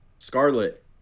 Scarlet